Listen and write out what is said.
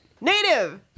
native